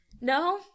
no